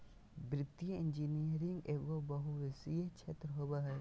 वित्तीय इंजीनियरिंग एगो बहुविषयी क्षेत्र होबो हइ